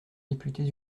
députés